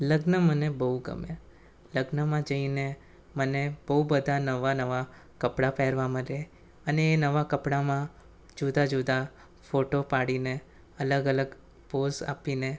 લગ્ન મને બહુ ગમે લગ્નમાં જઈને મને બહુ બધાં નવા નવા કપડાં પહેરવાં મળે અને એ નવા કપડાંમાં જુદા જુદા ફોટો પાડીને અલગ અલગ પોઝ આપીને